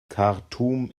khartum